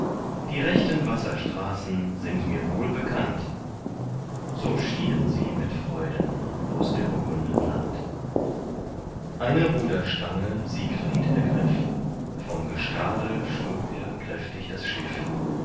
die rechten wasserstraßen sind mir wohl bekannt so schieden sie mit freuden aus der burgunden land eine ruderstange siegfried ergriff vom gestade schob er kräftig das schiff